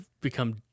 become